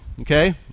Okay